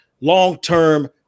long-term